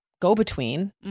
go-between